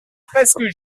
presque